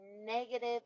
negative